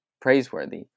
praiseworthy